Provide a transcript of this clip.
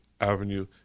Avenue